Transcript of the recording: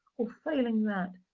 or failing that,